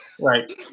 Right